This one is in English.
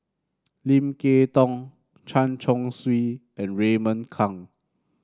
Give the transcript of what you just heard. Lim Kay Tong Chen Chong Swee and Raymond Kang